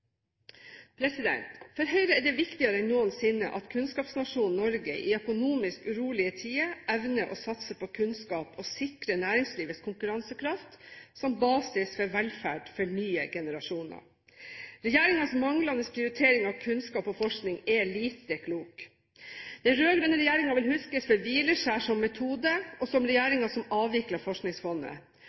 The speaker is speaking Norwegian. For Høyre er det viktigere enn noensinne at kunnskapsnasjonen Norge, i økonomisk urolige tider, evner å satse på kunnskap og sikre næringslivets konkurransekraft som basis for velferd for nye generasjoner. Regjeringens manglende prioritering av kunnskap og forskning er lite klok. Den rød-grønne regjeringen vil huskes for hvileskjær som metode, og som regjeringen som avviklet Forskningsfondet.